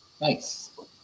Nice